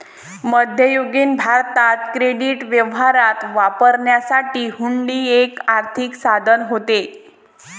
मध्ययुगीन भारतात क्रेडिट व्यवहारात वापरण्यासाठी हुंडी हे एक आर्थिक साधन होते